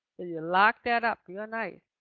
you lock that up real nice.